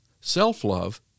self-love